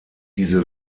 diese